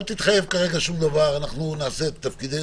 אל תתחייב כרגע לשום דבר, אנחנו נעשה את תפקידנו,